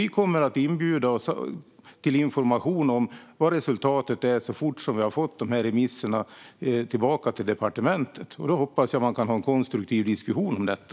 Vi kommer att inbjuda till information om resultatet så fort vi har fått tillbaka remisserna till departementet. Då hoppas jag att man kan ha en konstruktiv diskussion om detta.